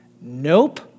Nope